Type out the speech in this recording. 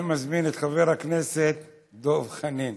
אני מזמין את חבר הכנסת דב חנין.